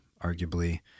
arguably